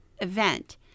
event